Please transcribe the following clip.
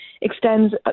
extends